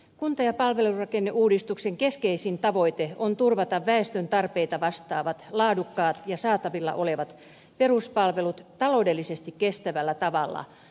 kunta ja palvelurakenneuudistuksen keskeisin tavoite on turvata väestön tarpeita vastaavat laadukkaat ja saatavilla olevat peruspalvelut taloudellisesti kestävällä tavalla lähivuosikymmeniksi